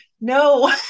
no